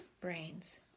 brains